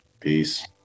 Peace